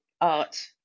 art